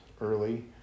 early